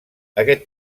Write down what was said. aquest